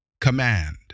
command